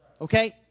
Okay